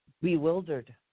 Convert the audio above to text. bewildered